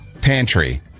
pantry